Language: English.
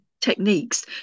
techniques